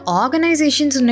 organizations